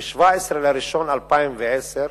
ב-17 בינואר 2010,